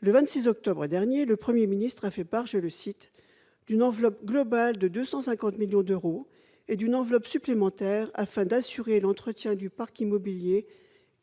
Le 26 octobre dernier, le Premier ministre a fait part « d'une enveloppe globale de 250 millions d'euros et d'une enveloppe supplémentaire afin d'assurer l'entretien du parc immobilier